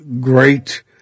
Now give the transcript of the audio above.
great